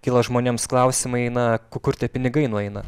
kyla žmonėms klausimai na kur tie pinigai nueina